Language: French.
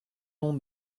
nom